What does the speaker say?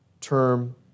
term